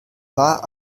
war